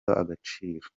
agaciro